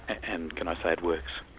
and, can i say, it works.